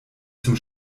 zum